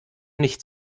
nicht